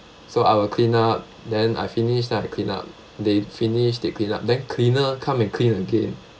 so I will clean up then I finish then I clean up they finish they clean up then cleaner come and clean again